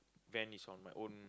van is on my own